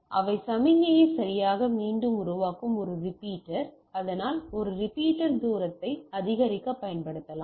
எனவே சமிக்ஞையை சரியாக மீண்டும் உருவாக்கும் ஒரு ரிப்பீட்டர் அதனால் ஒரு ரிப்பீட்டர் தூரத்தை அதிகரிக்க பயன்படுத்தலாம்